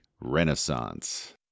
renaissance